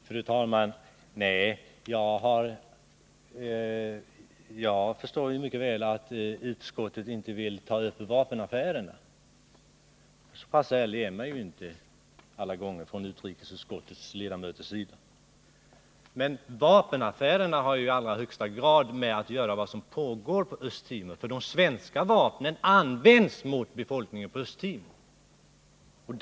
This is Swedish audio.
Fru talman! Jag förstår mycket väl att utskottet inte vill ta upp vapenaffärerna. Så pass ärliga är ju inte alltid utrikesutskottets ledamöter. Men vapenaffärerna har i allra högsta grad att göra med vad som pågår på Östtimor. De svenska vapnen används nämligen mot befolkningen på Östtimor.